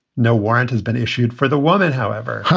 no warrant has been issued for the woman, however, huh?